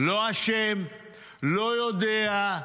לא אשם, לא יודע,